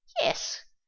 Yes